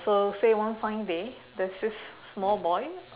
so say one fine day there's this small boy